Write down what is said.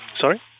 Sorry